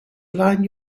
align